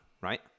right